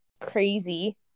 crazy